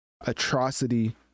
atrocity